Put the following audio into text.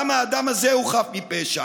גם האדם הזה הוא חף מפשע,